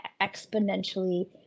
exponentially